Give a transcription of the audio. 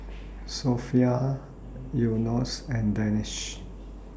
Sofea Yunos and Danish